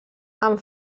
amb